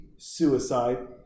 suicide